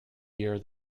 year